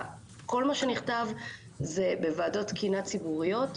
כל מה שנכתב זה בוועדות תקינה ציבוריות,